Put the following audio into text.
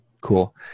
Cool